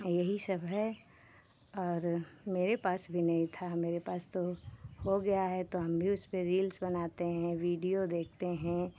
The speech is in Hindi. यही सब है और मेरे पास भी नहीं था मेरे पास तो हो गया है तो हम भी उसपे रील्स बनाते हैं वीडियो देखते हैं